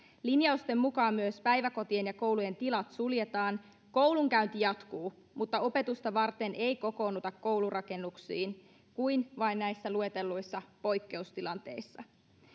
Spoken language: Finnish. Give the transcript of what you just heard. linjausten mukaan myös päiväkotien ja koulujen tilat suljetaan koulunkäynti jatkuu mutta opetusta varten ei kokoonnuta koulurakennuksiin kuin vain näissä luetelluissa poikkeustilanteissa